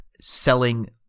selling